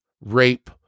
rape